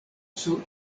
sur